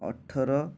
ଅଠର